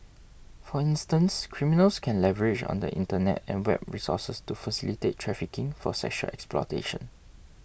for instance criminals can leverage on the Internet and web resources to facilitate trafficking for sexual exploitation